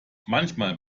manchmal